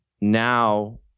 Now